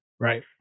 right